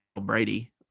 Brady